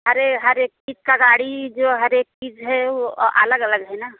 अरे हर एक चीज़ की गाड़ी जो हर एक चीज़ है वो अलग अलग है ना